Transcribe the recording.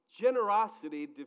Generosity